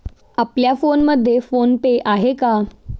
आपल्या फोनमध्ये PhonePe आहे का?